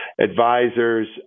advisors